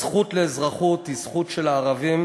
הזכות לאזרחות היא זכות של הערבים